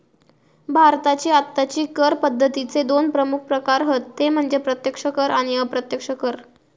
भारताची आत्ताची कर पद्दतीचे दोन प्रमुख प्रकार हत ते म्हणजे प्रत्यक्ष कर आणि अप्रत्यक्ष कर